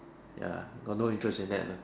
ya got no interest in that lah